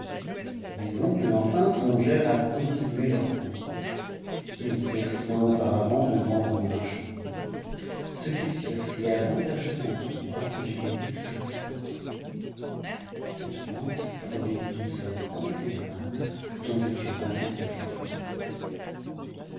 mes oncles enfin songèrent à continuer leur route ils prirent soin auparavant de vendre mes marchandises ce qu'ils firent si avantageusement pour moi que j'y gagnai cinq cents pour cent cette vente produisit une somme considérable dont je fus ravi de me voir possesseur